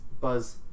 Buzz